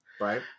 right